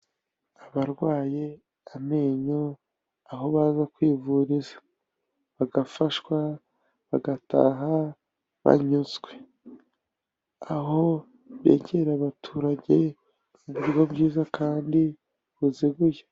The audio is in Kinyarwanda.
Abarwaye amenyo aho baza kwivuriza bagafashwa, bagataha banyuzwe, aho begera abaturage mu buryo bwiza kandi buziguye.